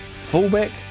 fullback